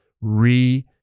re